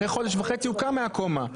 אחרי חודש וחצי הוא קם מהקומה בסדר?